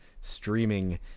streaming